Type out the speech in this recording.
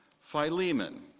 Philemon